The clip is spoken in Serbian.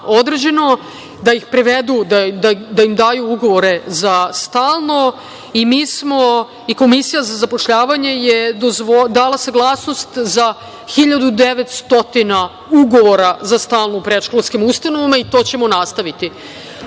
određeno da ih prevedu, da im daju ugovore za stalno, i mi smo, i Komisija za zapošljavanje je dala saglasnost za 1.900 ugovora za stalno u predškolskim ustanovama i to ćemo nastaviti. Videli